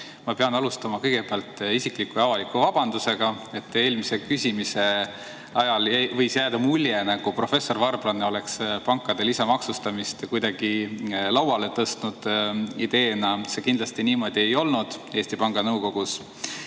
Ma pean alustama isikliku ja avaliku vabandusega. Eelmise küsimuse ajal võis jääda mulje, nagu professor Varblane oleks pankade lisamaksustamise kuidagi ideena lauale tõstnud. See kindlasti niimoodi Eesti Panga Nõukogus